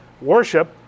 worship